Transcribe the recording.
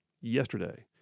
yesterday